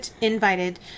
invited